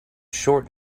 short